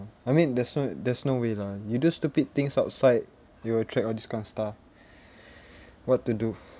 I mean there's no there's no way lah you do stupid things outside you'll attract all these kind of stuff what to do